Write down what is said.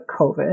COVID